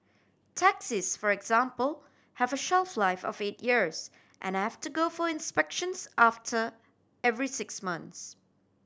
taxis for example have a shelf life of eight years and have to go for inspections after every six months